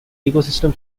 ecosystem